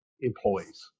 employees